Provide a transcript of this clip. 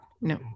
no